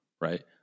Right